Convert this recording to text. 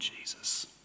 Jesus